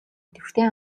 идэвхтэй